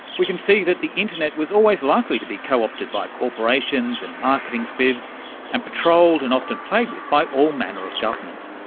we can see that the internet was always likely to be co-opted by corporations and marketing spivs and patrolled and often played with by all manner of government.